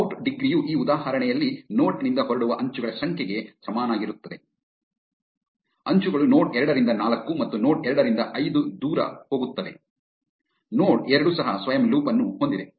out degree ಯು ಈ ಉದಾಹರಣೆಯಲ್ಲಿ ನೋಡ್ ನಿಂದ ಹೊರಡುವ ಅಂಚುಗಳ ಸಂಖ್ಯೆಗೆ ಸಮನಾಗಿರುತ್ತದೆ ಅಂಚುಗಳು ನೋಡ್ ಎರಡರಿಂದ ನಾಲ್ಕು ಮತ್ತು ನೋಡ್ ಎರಡರಿಂದ ಐದು ದೂರ ಹೋಗುತ್ತವೆ ನೋಡ್ ಎರಡು ಸಹ ಸ್ವಯಂ ಲೂಪ್ ಅನ್ನು ಹೊಂದಿದೆ